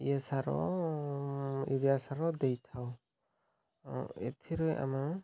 ଇଏ ସାର ୟୁରିଆ ସାର ଦେଇଥାଉ ଏଥିରେ ଆମେ